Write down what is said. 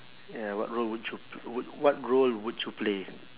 ya what role would you pl~ would what role would you play